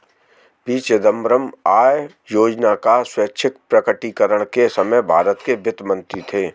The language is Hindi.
पी चिदंबरम आय योजना का स्वैच्छिक प्रकटीकरण के समय भारत के वित्त मंत्री थे